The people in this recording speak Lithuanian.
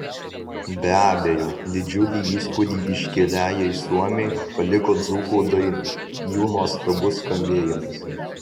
be abejo didžiulį įspūdį iškiliajai suomei paliko dzūkų dainos jų nuostabus skambėjimas